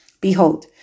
behold